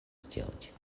сделать